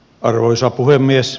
arvoisa puhemies